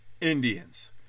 Indians